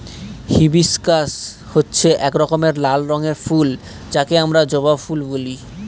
hibiscus হচ্ছে এক রকমের লাল রঙের ফুল যাকে আমরা জবা ফুল বলে